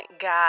god